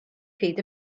feet